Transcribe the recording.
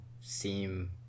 seem